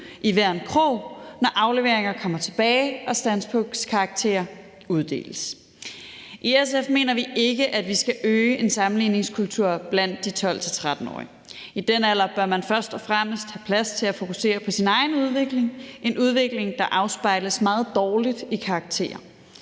i det enkelte klasseværelse i hver en krog sætningen: Hvad fik du? I SF mener vi ikke, at vi skal øge en sammenligningskultur blandt de 12-13-årige. I den alder bør man først og fremmest have plads til at fokusere på sin egen udvikling – en udvikling, der afspejles meget dårligt i karakterer,